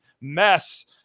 mess